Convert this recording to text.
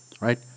right